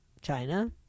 China